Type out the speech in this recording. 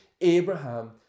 Abraham